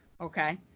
okay